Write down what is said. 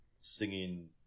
singing